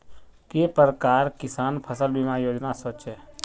के प्रकार किसान फसल बीमा योजना सोचें?